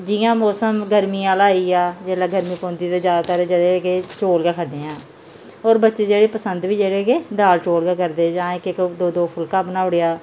जियां मौसम गर्मी आह्ला आई गेआ जेल्लै गर्मी पौंदी ते जैदातर जेह्ड़े कि चौल गै खन्ने आं और बच्चे जेह्ड़े कि पसंद बी जेह्डे के दाल चौल गै करदे जां इक इक दो दो फुलका बनाई ओड़ेआ